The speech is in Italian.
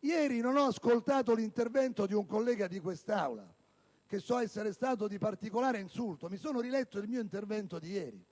Ieri non ho ascoltato l'intervento svolto da un collega in quest'Aula che so essere stato particolarmente insultante. Ebbene, ho riletto il mio intervento di ieri